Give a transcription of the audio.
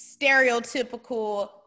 Stereotypical